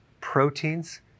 proteins